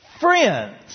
friends